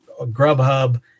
Grubhub